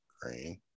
Green